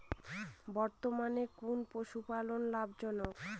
বর্তমানে কোন পশুপালন লাভজনক?